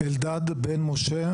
אלדד בן משה,